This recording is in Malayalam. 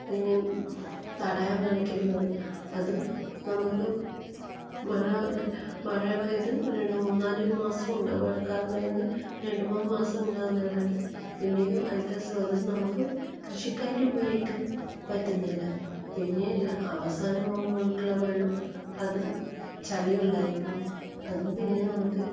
ഇനിയും തടയാം കണക്കിനുള്ളത് അതും നമുക്ക് മഴ മഴ പെയ്ത് രണ്ട് മൂന്നാല് മാസം ഉണ്ടാവും മഴക്കാലം കഴിഞ്ഞ് രണ്ട് മൂന്ന് മാസം ഉണ്ടാകുന്നതല്ലാണ്ട് പിന്നീട് അതിൻ്റെ സ്രോതസ്സ് നമുക്ക് കൃഷിക്കായിട്ടും ഉപയോഗിക്കാൻ പറ്റുന്നില്ല പിന്നെ അവസാനമാകുമ്പോഴേക്കുള്ള വെള്ളം അതും ചളി വെള്ളമായിരിക്കും അതും പിന്നെ നമുക്ക്